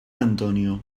antonio